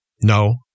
No